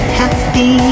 happy